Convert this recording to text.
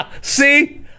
See